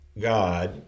God